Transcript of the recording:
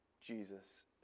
Jesus